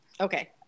Okay